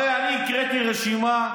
הרי אני הקראתי רשימה,